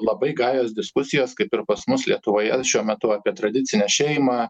labai gajos diskusijos kaip ir pas mus lietuvoje šiuo metu apie tradicinę šeimą